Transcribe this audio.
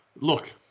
Look